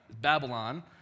Babylon